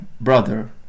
brother